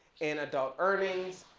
in adult earnings,